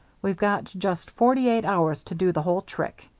we've got just forty-eight hours to do the whole trick.